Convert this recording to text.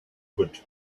would